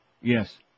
Yes